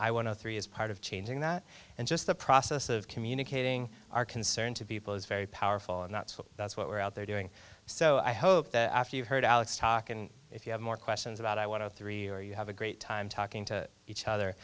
i want to three is part of changing that and just the process of communicating our concern to people is very powerful and that's what that's what we're out there doing so i hope that after you heard alex talk and if you have more questions about i want to three or you have a great time talking to each other